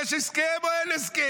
יש הסכם או אין הסכם?